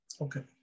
Okay